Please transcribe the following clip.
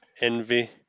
envy